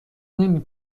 نمی